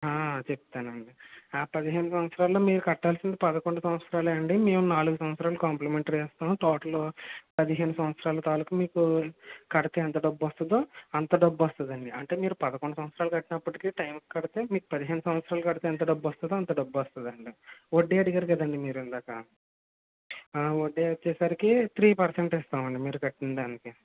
చెప్తానండి ఆ పదిహేను సంవత్సరాల్లో మీరు కట్టాల్సింది పదకొండు సంవత్సరాలే అండి మేము నాలుగు సంవత్సరాలు కాంప్లిమెంటరీ వేస్తాం టోటలు పదిహేను సంవత్సరాలు తాలుకు మీకు కడితే ఎంత డబ్బు వస్తుందో అంత డబ్బు వస్తుందండి అంటే మీరు పదకొండు సంవత్సరాలు కట్టినప్పటికి టైమ్కి కడితే పదిహేను సంవత్సరాలు కడితే ఎంత డబ్బు వస్తుందో అంత డబ్బు వస్తుందండి వడ్డీ అడిగారు కదండి మీరు ఇందాక వడ్డీ వచ్చేసరికి త్రీ పర్సెంట్ ఇస్తామండి మీరు కట్టిందానికి